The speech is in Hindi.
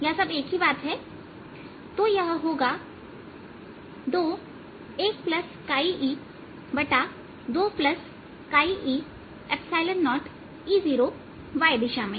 यह सब एक ही बात है तो यह होगा 21e2e0E0 y दिशा में